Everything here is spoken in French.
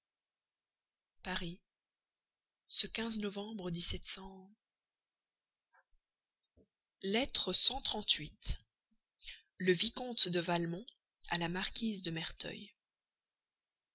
paris ce novembre lettre le vicomte de valmont à la marquise de merteuil